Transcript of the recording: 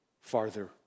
farther